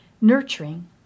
nurturing